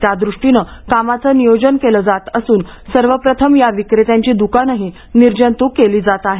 त्यादृष्टीनं कामाचं नियोजन केलं जात असून सर्वप्रथम या विक्रेत्यांची दुकानंही निर्जंतुक केली जात आहेत